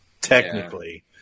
technically